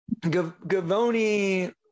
Gavoni